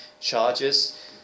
charges